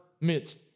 midst